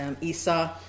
Esau